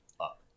up